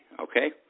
okay